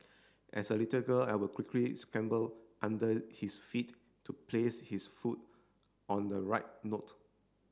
as a little girl I would quickly scamper under his feet to place his foot on the right note